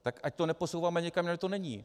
Tak ať to neposouváme někam, kde to není.